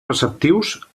preceptius